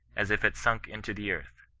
as if it sunk into the earth.